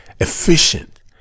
efficient